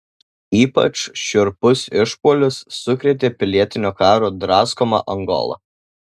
ypač šiurpus išpuolis sukrėtė pilietinio karo draskomą angolą